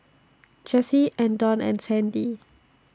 Jessie Andon and Sandi